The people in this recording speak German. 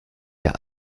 der